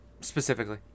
specifically